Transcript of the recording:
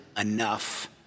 enough